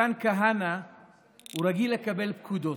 מתן כהנא רגיל לקבל פקודות.